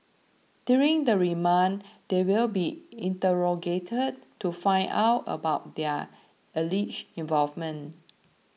during the remand they will be interrogated to find out about their alleged involvement